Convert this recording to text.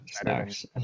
Snacks